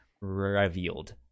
revealed